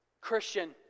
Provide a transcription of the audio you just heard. Christian